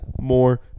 more